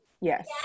yes